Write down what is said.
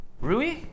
Rui